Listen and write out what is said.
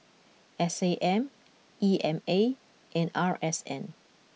S A M E M A and R S N